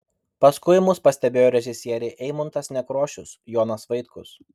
paskui mus pastebėjo režisieriai eimuntas nekrošius jonas vaitkus